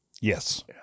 Yes